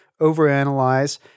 overanalyze